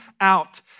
out